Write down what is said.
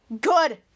good